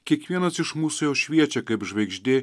kiekvienas iš mūsų jau šviečia kaip žvaigždė